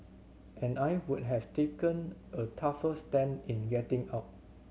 and I would have taken a tougher stand in getting out